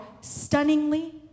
stunningly